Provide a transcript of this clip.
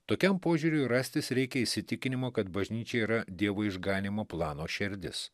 tokiam požiūriui rastis reikia įsitikinimo kad bažnyčia yra dievo išganymo plano šerdis